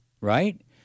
Right